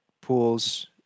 pools